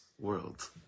world